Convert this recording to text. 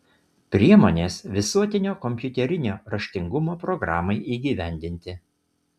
priemonės visuotinio kompiuterinio raštingumo programai įgyvendinti